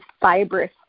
fibrous